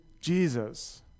Jesus